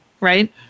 right